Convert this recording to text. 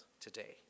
today